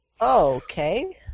okay